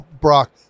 Brock